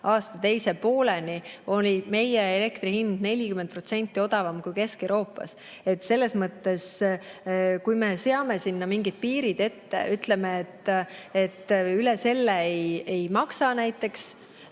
aasta teise pooleni oli meie elektri hind 40% odavam kui Kesk-Euroopas. Kui me seame sinna mingid piirid ette, ütleme, et üle selle ei maksa näiteks,